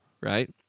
right